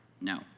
No